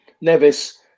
Nevis